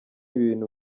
ibintu